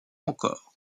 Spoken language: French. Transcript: encore